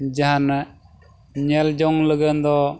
ᱡᱟᱦᱟᱱᱟᱜ ᱧᱮᱞ ᱡᱚᱝ ᱞᱮᱠᱟᱱ ᱫᱚ